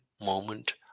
moment